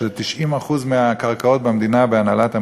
שזה 90% מהקרקעות במדינה בהנהלת המדינה,